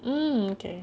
mm okay